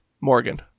Morgan